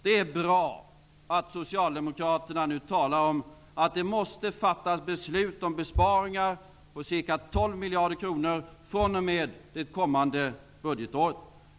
Det är bra att Socialdemokraterna nu talar om att det måste fattas beslut om besparingar på ca 12 miljarder kronor fr.o.m. det kommande budgetåret.